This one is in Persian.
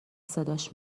صداش